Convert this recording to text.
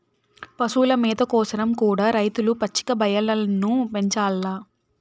పశుల మేత కోసరం కూడా రైతులు పచ్చిక బయల్లను పెంచాల్ల